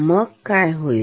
मग काय होईल